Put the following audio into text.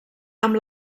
amb